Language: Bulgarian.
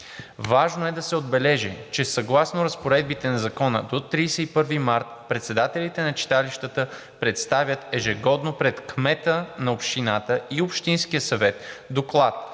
Важно е да се отбележи, че съгласно разпоредбите на Закона до 31 март председателите на читалищата представят ежегодно пред кмета на общината и общинския съвет доклад